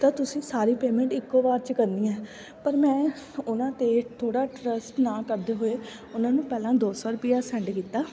ਤਾਂ ਤੁਸੀਂ ਸਾਰੀ ਪੇਮੈਂਟ ਇੱਕੋ ਵਾਰ 'ਚ ਕਰਨੀ ਹੈ ਪਰ ਮੈਂ ਉਹਨਾਂ 'ਤੇ ਥੋੜ੍ਹਾ ਟਰੱਸਟ ਨਾ ਕਰਦੇ ਹੋਏ ਉਹਨਾਂ ਨੂੰ ਪਹਿਲਾਂ ਦੋ ਸੌ ਰੁਪਈਆ ਸੈਂਡ ਕੀਤਾ